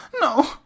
no